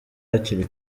hakiri